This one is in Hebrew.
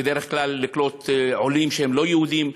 בדרך כלל לקלוט עולים שהם לא יהודים,